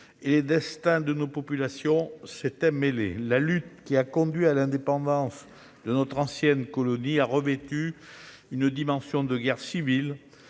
et les destins de nos populations s'étaient mêlés. La lutte qui a conduit à l'indépendance de notre ancienne colonie a revêtu une dimension de guerre civile,